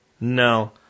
No